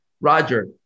Roger